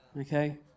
Okay